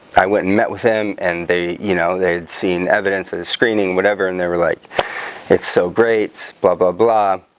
i wouldn't met with him and they you know they had seen evidence of screening whatever and they were like it's so great blah blah blah